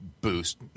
boost